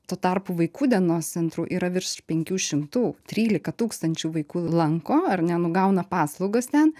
tuo tarpu vaikų dienos centrų yra virš penkių šimtų trylika tūkstančių vaikų lanko ar ne nu gauna paslaugas ten